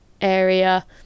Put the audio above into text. area